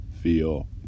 feel